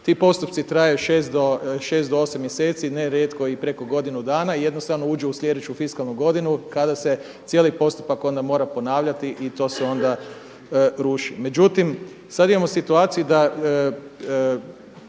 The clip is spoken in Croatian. Ti postupci traju 6 do 8 mjeseci, ne rijetko i preko godinu dana i jednostavno uđe u sljedeću fiskalnu godinu kada se cijeli postupak onda mora ponavljati i to se onda ruši. Međutim, sada imamo situaciju da